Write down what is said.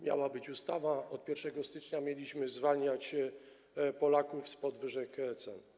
Miała być ustawa, od 1 stycznia mieliśmy zwalniać Polaków z podwyżek cen.